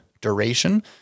duration